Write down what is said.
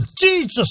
Jesus